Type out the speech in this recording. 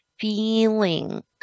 feeling